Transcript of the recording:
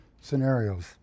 scenarios